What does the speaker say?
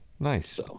Nice